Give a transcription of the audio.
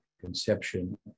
conception